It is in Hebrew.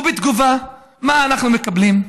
ובתגובה, מה אנחנו מקבלים?